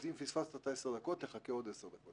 אז אם פספסת את ה-10 דקות, תחכה עוד 10 דקות.